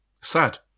sad